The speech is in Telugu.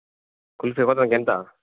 కుల్ఫీ ఒక్కొక్కదానికి ఎంత